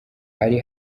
ari